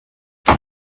and